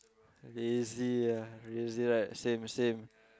lazy ah lazy like same same